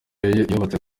yubatse